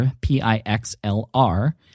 P-I-X-L-R